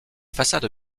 façade